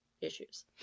issues